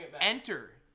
enter